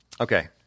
Okay